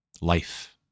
life